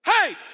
hey